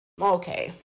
Okay